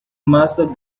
master